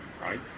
right